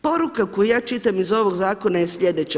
Poruka koju ja čitam iz ovog zakona je sljedeća.